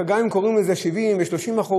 גם אם קוראים לזה 70% ו-30%,